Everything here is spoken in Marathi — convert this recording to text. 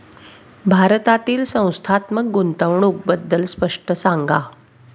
भारतातील संस्थात्मक गुंतवणूक बद्दल स्पष्ट सांगा